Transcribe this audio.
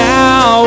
now